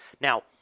Now